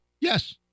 Yes